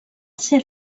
ser